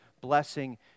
blessing